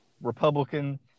Republican